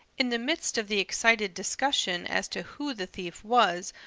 in the midst of the excited discussion as to who the thief was,